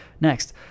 Next